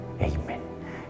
Amen